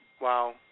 Wow